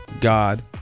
God